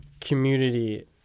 community